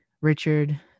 Richard